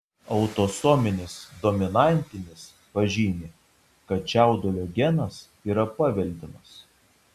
autosominis dominantinis pažymi kad čiaudulio genas yra paveldimas